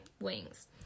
Wings